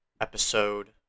episode